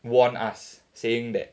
warned us saying that